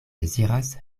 deziras